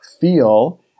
feel